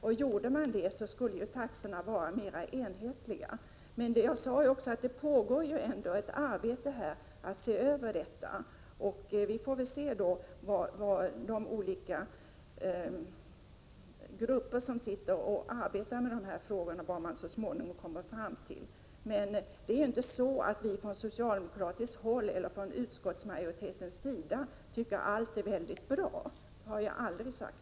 Om man följde dessa rekommendationer skulle taxorna vara mer enhetliga. Men jag sade också att man håller på att se över detta. Vi får se så småningom vad de olika arbetsgrupperna kommer fram till. Det är emellertid inte på det sättet att vi från socialdemokratiskt håll eller från utskottsmajoritetens sida tycker att allt är mycket bra. Det har jag aldrig sagt.